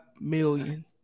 million